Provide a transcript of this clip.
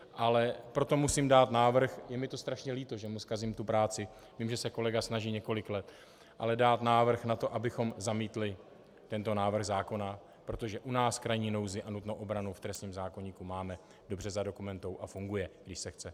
Ale proto musím dát návrh je mi to strašně líto, že mu zkazím práci, vím, že se kolega snaží několik let ale dát návrh na to, abychom zamítli tento návrh zákona, protože u nás krajní nouzi a nutnou obranu v trestním zákoníku máme dobře zadokumentovanou a funguje, když se chce.